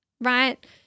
right